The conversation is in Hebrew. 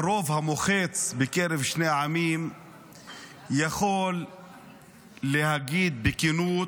הרוב המוחץ בקרב שני העמים יכול להגיד בכנות